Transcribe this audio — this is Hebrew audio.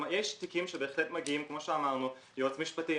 יש תיקים שבהחלט מגיעים, כמו שאמרנו, ליועץ משפטי.